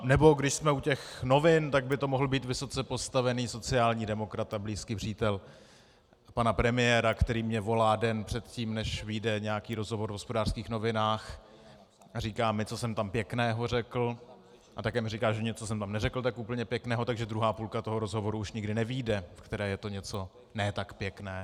Nebo když jsme u těch novin, tak by to mohl být vysoce postavený sociální demokrat a blízký přítel pana premiéra, který mně volá den předtím, než vyjde nějaký rozhovor v Hospodářských novinách, a říká mi, co jsem tam pěkného řekl, a také mi říká, že něco jsem tam neřekl tak úplně pěkného, takže druhá půlka toho rozhovoru už nikdy nevyjde, ve které je to něco ne tak pěkného.